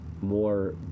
more